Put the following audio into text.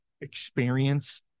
experience